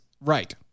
Right